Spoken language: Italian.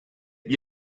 gli